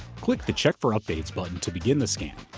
click the check for updates button to begin the scan.